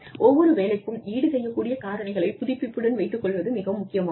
ஒவ்வொரு வேலைக்கும் ஈடுசெய்யக் கூடிய காரணிகளைப் புதுப்பிப்புடன் வைத்துக் கொள்வது மிகவும் முக்கியமாகும்